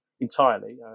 entirely